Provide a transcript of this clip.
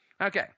Okay